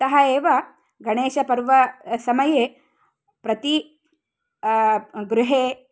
अतः एव गणेशपर्व समये प्रति गृहे